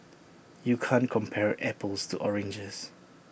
you can't compare apples to oranges